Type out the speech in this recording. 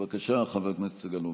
בבקשה, חבר הכנסת סגלוביץ'.